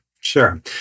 Sure